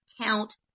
count